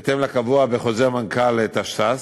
בהתאם לקבוע בחוזר מנכ"ל תש"ס,